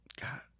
God